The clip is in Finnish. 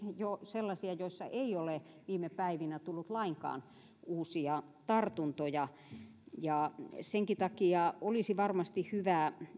jo onneksi sellaisia sairaanhoitopiirejä joissa ei ole viime päivinä tullut lainkaan uusia tartuntoja senkin takia olisi varmasti hyvä